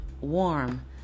warm